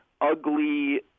ugly